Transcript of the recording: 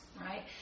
right